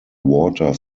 water